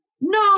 No